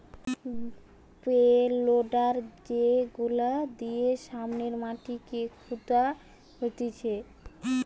pay loader যেগুলা দিয়ে সামনের মাটিকে খুদা হতিছে